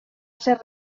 ser